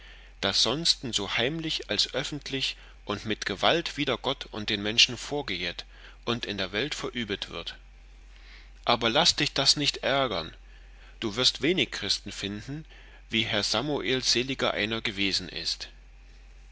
das sonsten so heimlich als öffentlich und mit gewalt wider gott und den menschen vorgehet und in der welt verübet wird aber laß dich das nicht ärgern du wirst wenig christen finden wie herr samuel sel einer gewesen ist